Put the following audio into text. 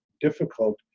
difficult